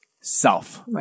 self